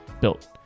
Built